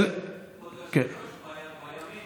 כבוד היושב-ראש,